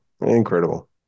Incredible